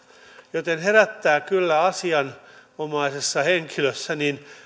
joten herättää kyllä asianomaisessa henkilössä